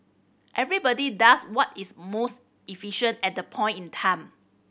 everybody does what is most efficient at that point in time